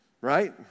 right